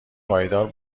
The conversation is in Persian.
پایدار